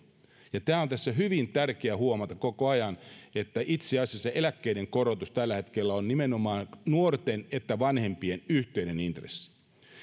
tämä on tässä hyvin tärkeää huomata koko ajan että itse asiassa eläkkeiden korotus tällä hetkellä on nimenomaan sekä nuorten että vanhempien yhteinen intressi